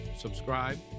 Subscribe